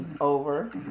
Over